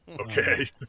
Okay